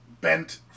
bent